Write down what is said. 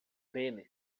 deles